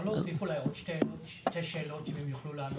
אפשר שתי שאלות, אם הם יוכלו לענות?